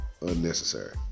unnecessary